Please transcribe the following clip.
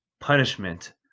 punishment